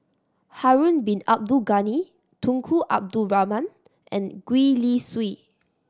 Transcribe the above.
Harun Bin Abdul Ghani Tunku Abdul Rahman and Gwee Li Sui